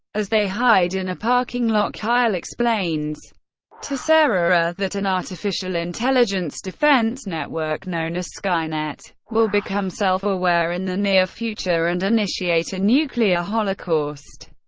as they hide in a parking lot, kyle explains to sarah that an artificial intelligence defense network, known as skynet, will become self-aware in the near future and initiate a nuclear holocaust.